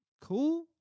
cool